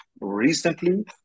recently